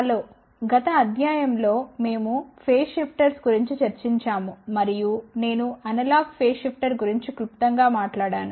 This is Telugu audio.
హలో గత అధ్యాయం లో మేము ఫేజ్ షిఫ్టర్స్ గురించి చర్చించాము మరియు నేను అనలాగ్ ఫేస్ షిఫ్టర్ గురించి క్లుప్తంగా మాట్లాడాను